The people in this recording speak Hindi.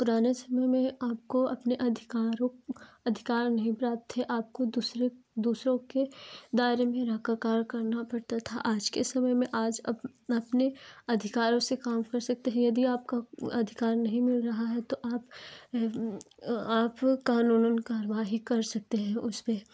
पुराने समय में आपको अपने अधिकारों अधिकार नहीं प्राप्त थे आपको दूसरे दूसरों के दायरे में रह कर कार्य करना पड़ता था आज के समय में आज अपने अधिकारों से काम कर सकते हैं यदि आपका अधिकार नहीं मिल रहा है तो आप आप कानूनन कार्यवाही कर सकते हैं उस पर